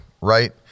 right